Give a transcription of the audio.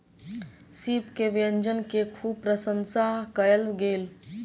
सीप के व्यंजन के खूब प्रसंशा कयल गेल